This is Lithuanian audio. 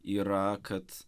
yra kad